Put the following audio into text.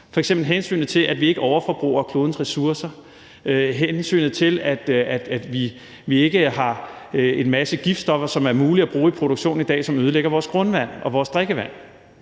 F.eks. hensynet til, at vi ikke overforbruger klodens ressourcer, og hensynet til, at vi ikke har en masse giftstoffer, som det er muligt at bruge i produktionen i dag, men som ødelægger vores grundvand og vores drikkevand.